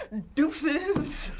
deuces,